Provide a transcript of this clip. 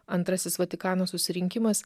antrasis vatikano susirinkimas